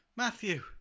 Matthew